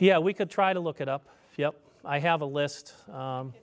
yeah we could try to look it up yeah i have a list